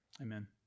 Amen